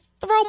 throw